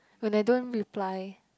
when I don't reply